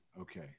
Okay